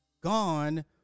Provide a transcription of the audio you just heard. gone